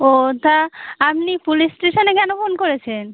ও তা আমনি পুলিশ স্টেশনে কেন ফোন করেছেন